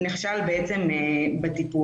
נכשל בעצם בטיפול.